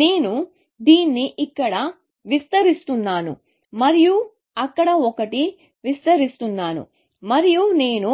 నేను దీన్ని ఇక్కడ విస్తరిస్తున్నాను మరియు అక్కడ ఒకటి విస్తరిస్తున్నాను మరియు నేను